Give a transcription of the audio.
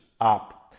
up